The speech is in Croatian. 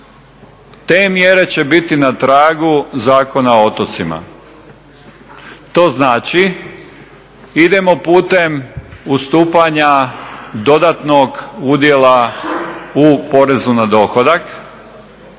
Te mjere će biti na tragu Zakona o otocima. To znači idemo putem ustupanja dodatnog udjela u porezu na dohodak,